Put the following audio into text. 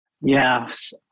Yes